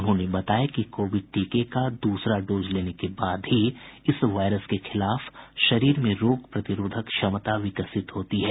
उन्होंने बताया कि कोविड टीके का दूसरा डोज लेने के बाद ही इस वायरस के खिलाफ शरीर में रोग प्रतिरोधक क्षमता विकसित होती है